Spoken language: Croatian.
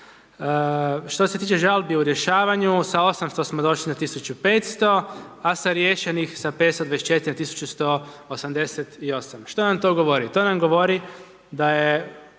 Što se tiče žalbi u rješavanju, sa 800 smo došli na 1500, a sa riješenih sa 524 na 1188. Što nam to govori? To nam govori da je